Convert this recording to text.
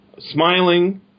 smiling